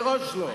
מראש לא.